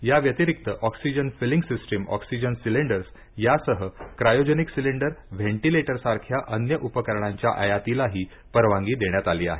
या व्यतिरिक्त oxygen filling system oxygen cylinders या सह क्रायोजेनिक सिलिंडर व्हेंटिलेटर सारख्या अन्य उपकरणांच्या आयातीलाही परवानगी देण्यात आली आहे